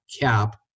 cap